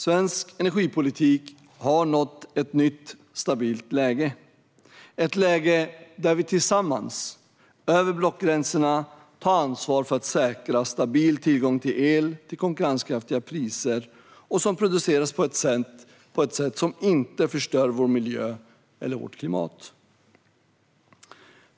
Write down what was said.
Svensk energipolitik har nått ett nytt, stabilt läge - ett läge där vi tillsammans, över blockgränserna, tar ansvar för att säkra stabil tillgång till el som har konkurrenskraftiga priser och som produceras på ett sätt som inte förstör vår miljö eller vårt klimat.